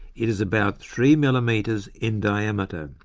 it is about three millimetres in diameter.